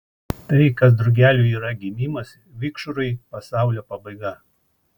tai kas drugeliui yra gimimas vikšrui pasaulio pabaiga